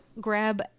grab